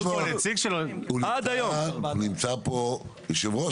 נמצא פה יושב-ראש